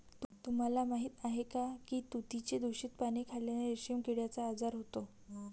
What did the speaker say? तुम्हाला माहीत आहे का की तुतीची दूषित पाने खाल्ल्याने रेशीम किड्याचा आजार होतो